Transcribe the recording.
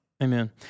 Amen